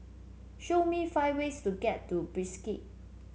show me five ways to get to Bishkek